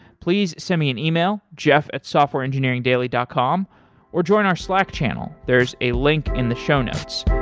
please send me an email, jeff at softwareengineeringdaily dot com or join our slack channel. there is a link in the show notes.